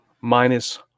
minus